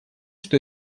что